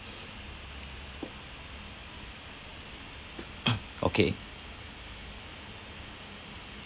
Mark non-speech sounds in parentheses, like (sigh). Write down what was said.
(noise) okay